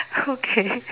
okay